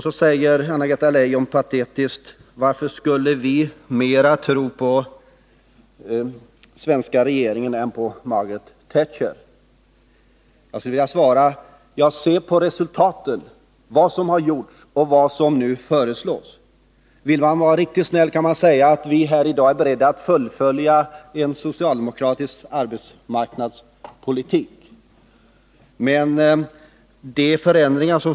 Så säger Anna-Greta Leijon patetiskt: Varför skall vi mera tro på den svenska regeringen än på Margaret Thatcher? Ja, se på resultaten! Se på vad som har gjorts och vad som nu föreslås! Vill man vara riktigt snäll kan man säga att vi i dag är beredda att fullfölja en socialdemokratisk arbetsmarknadspolitik.